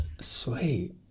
sweet